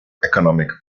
economic